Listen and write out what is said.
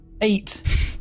Eight